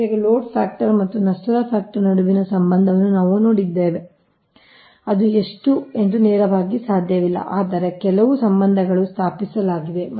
ಜೊತೆಗೆ load factor ಮತ್ತು ನಷ್ಟದ ಅಂಶದ ನಡುವಿನ ಸಂಬಂಧವನ್ನು ನಾವು ನೋಡಿದ್ದೇವೆ ಅದು ಎಷ್ಟು ನೇರವಾಗಿ ಸಾಧ್ಯವಿಲ್ಲ ಆದರೆ ಕೆಲವು ಸಂಬಂಧಗಳನ್ನು ಸ್ಥಾಪಿಸಲಾಗಿದೆ